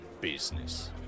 business